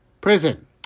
prison